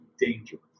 dangerous